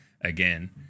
Again